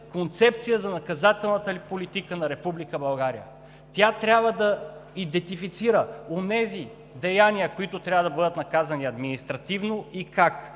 Концепция за наказателната политика на Република България! Тя трябва да идентифицира онези деяния, които трябва да бъдат наказани административно, и как,